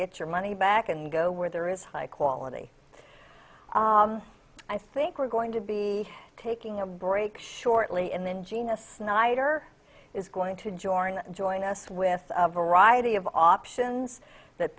get your money back and go where there is high quality i think we're going to be taking a break shortly and then gina snyder is going to join join us with a variety of options that